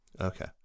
Okay